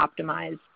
optimize